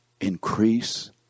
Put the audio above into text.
Increase